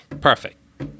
perfect